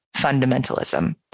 Fundamentalism